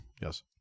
yes